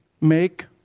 make